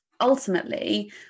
ultimately